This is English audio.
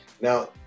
Now